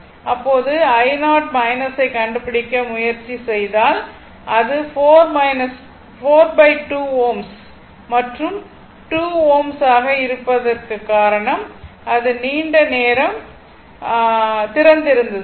அப்போது i0 ஐக் கண்டுபிடிக்க முயற்சி செய்தால் அது 4 2 Ω மற்றும் 2 Ω ஆக இருப்பதற்கு காரணம் இது நீண்ட நேரம் திறந்திருந்தது ஆகும்